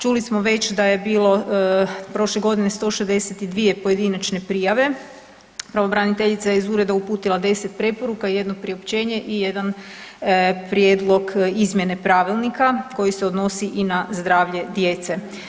Čuli smo već da je bilo prošle godine 162 pojedinačne prijave, pravobraniteljica je iz ureda uputila 10 preporuka, jedno priopćene i jedan prijedlog izmjene pravilnika koji se odnosi i na zdravlje djece.